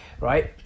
right